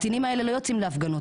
הקטינים האלה לא יוצאים להפגנות,